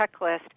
checklist